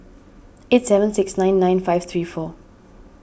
eight seven six nine nine five three four